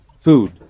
food